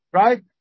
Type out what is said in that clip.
right